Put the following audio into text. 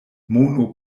mono